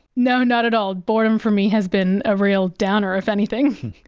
no, not at all. boredom for me has been a real downer, if anything.